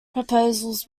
proposals